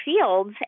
fields